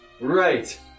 Right